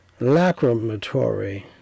Lacrimatory